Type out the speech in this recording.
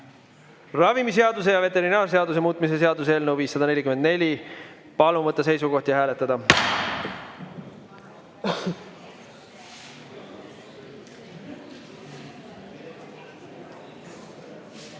ravimiseaduse ja veterinaarseaduse muutmise seaduse eelnõu 544. Palun võtta seisukoht ja hääletada!